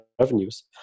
revenues